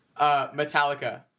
Metallica